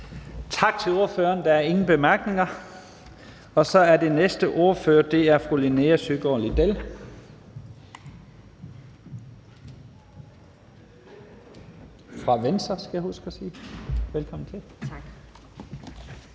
Tak til ordføreren. Der er ingen korte bemærkninger. Så er den næste ordfører fru Linea Søgaard-Lidell fra Venstre. Velkommen til.